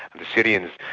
the syrians,